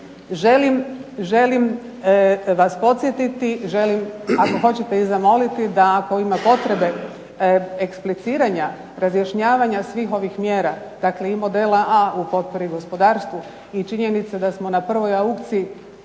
Želim vas podsjetiti, želim ako hoćete i zamoliti da ako ima potrebe ekspliciranja, razjašnjavanja svih ovih mjera, dakle i modela A u potpori gospodarstvu i činjenici da smo na prvoj aukciji